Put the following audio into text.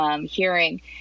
hearing